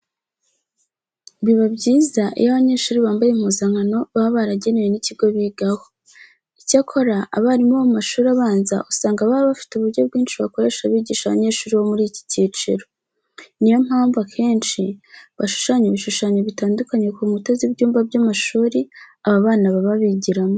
Biba byiza iyo abanyeshuri bambaye impuzankano baba baragenewe n'ikigo bigaho. Icyakora abarimu bo mu mashuri abanza usanga baba bafite uburyo bwinshi bakoresha bigisha abanyeshuri bo muri iki cyiciro. Niyo mpamvu akenshi bashushanya ibishushanyo bitandukanye ku nkuta z'ibyumba by'amashuri aba bana baba bigiramo.